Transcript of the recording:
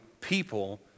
people